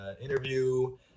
interview